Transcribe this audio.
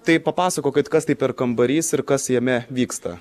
tai papasakokit kas tai per kambarys ir kas jame vyksta